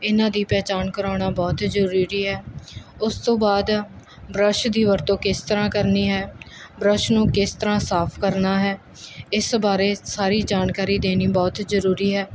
ਇਹਨਾਂ ਦੀ ਪਹਿਚਾਣ ਕਰਾਉਣਾ ਬਹੁਤ ਜਰੂਰੀ ਹੈ ਉਸ ਤੋਂ ਬਾਅਦ ਬਰੱਸ਼ ਦੀ ਵਰਤੋ ਕਿਸ ਤਰ੍ਹਾਂ ਕਰਨੀ ਹੈ ਬਰੱਸ਼ ਨੂੰ ਕਿਸ ਤਰ੍ਹਾਂ ਸਾਫ ਕਰਨਾ ਹੈ ਇਸ ਬਾਰੇ ਸਾਰੀ ਜਾਣਕਾਰੀ ਦੇਣੀ ਬਹੁਤ ਜਰੂਰੀ ਹੈ